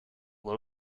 low